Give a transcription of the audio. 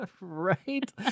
Right